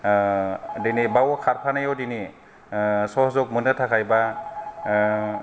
ओ दिनै बाव खारफानायाव दिनै सहजुग मोननो थाखाय बा